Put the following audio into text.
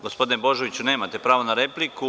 Gospodine Božoviću, nemate pravo na repliku.